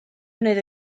wneud